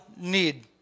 need